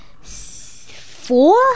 four